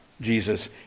Jesus